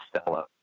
Stella